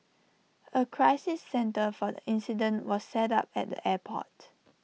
A crisis centre for the incident was set up at the airport